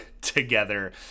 together